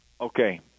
Okay